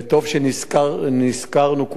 וטוב שנזכרנו,